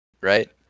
right